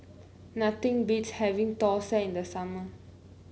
nothing beats having thosai in the summer